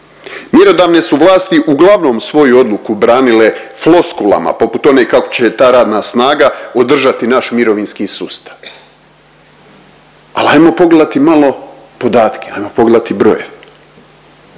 Mjerodavne su vlasti uglavnom svoju odluku branile floskulama poput one kako će ta radna snaga održati naš mirovinski sustav. Al ajmo pogledati malo podatke, ajmo pogledati brojeve.